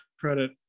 credit